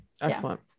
Excellent